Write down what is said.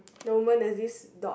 the woman there is this dot